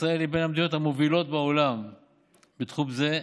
ישראל היא בין המדינות המובילות בעולם בתחום זה.